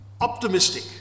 optimistic